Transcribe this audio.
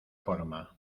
forma